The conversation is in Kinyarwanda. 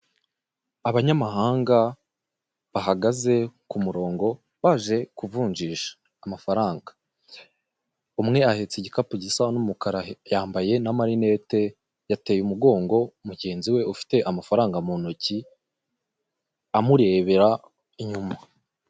Abanyamahanga bahagaze ku murongo baje kuvunjusha amafaranga, umwe yahetse igikapu gisa n'umukara yambaye n'amalinete yateye umugongo mugenzi we ufite amafaranga mu ntoki amurebera inyuma.